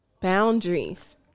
boundaries